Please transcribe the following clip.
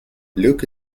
luke